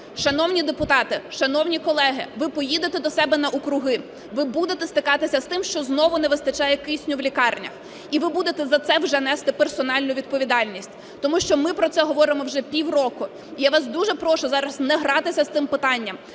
Шановні депутати, шановні колеги, ви поїдете до себе на округи, ви будете стикатися з тим, що знову не вистачає кисню в лікарнях. І ви будете за це вже нести персональну відповідальність, тому що ми про це говоримо вже пів року. Я вас дуже прошу зараз не гратися з цим питанням.